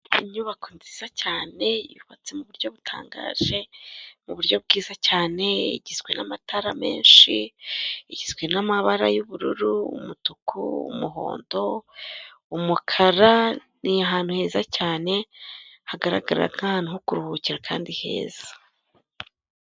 Inyubako nziza cyane yubatse mu buryo butangaje, mu buryo bwiza cyane, igizwe n'amatara menshi, igizwe n'amabara y'ubururu, umutuku, umuhondo, umukara ni ahantu heza cyane hagaragara nk'ahantu ho kuruhukira kandi heza.